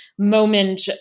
moment